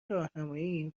راهنماییم